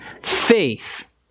Faith